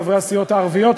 חברי הסיעות הערביות,